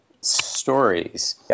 stories